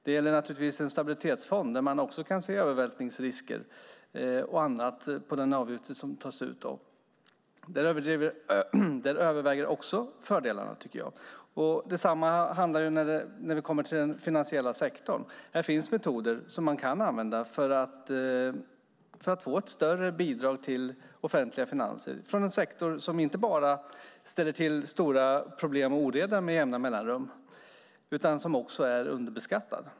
Det gäller naturligtvis en stabilitetsfond, där man också kan se övervältningsrisker på den avgift som tas ut. Även där överväger fördelarna, tycker jag. Det gäller också den finansiella sektorn. Här finns metoder som man kan använda för att få ett större bidrag till offentliga finanser från en sektor som inte bara ställer till problem och oreda med jämna mellanrum utan som också är underbeskattad.